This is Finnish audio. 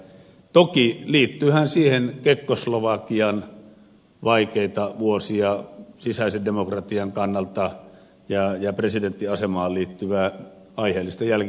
toki liittyyhän siihen kekkoslovakian vaikeita vuosia sisäisen demokratian kannalta ja presidenttiasemaan liittyvää aiheellista jälkikeskustelua